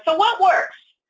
but what works?